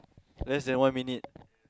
less than one minute